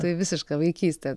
tai visiška vaikystė